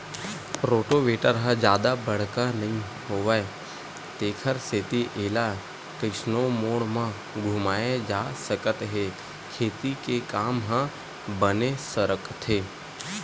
rotavator ह जादा बड़का नइ होवय तेखर सेती एला कइसनो मोड़ म घुमाए जा सकत हे खेती के काम ह बने सरकथे